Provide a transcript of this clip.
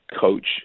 coach